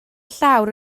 llawr